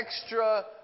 extra